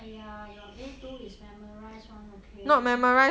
ya your A two is memorise one okay